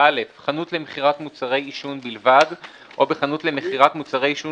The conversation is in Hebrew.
(א)חנות למכירת מוצרי עישון בלבד או בחנות למכירת מוצרי עישון